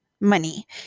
Money